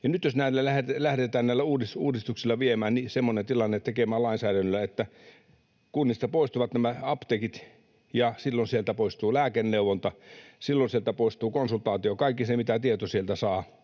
näillä uudistuksilla viemään niin, tekemään lainsäädännöllä semmoinen tilanne, että kunnista poistuvat nämä apteekit, niin silloin sieltä poistuu lääkeneuvonta, silloin sieltä poistuu konsultaatio, kaikki se tieto, mitä sieltä saa.